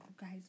guys